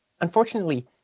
unfortunately